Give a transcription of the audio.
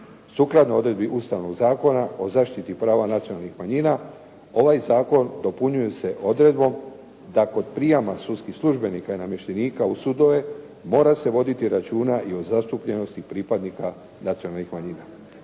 Sukladno odredbi Ustavnog zakona o zaštiti prava nacionalnih manjina ovaj zakon dopunjuje se odredbom da kod prijama sudskih službenika i namještenika u sudove mora se voditi računa i o zastupljenosti pripadnika nacionalnih manjina.